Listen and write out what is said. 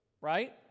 right